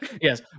Yes